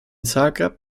zagreb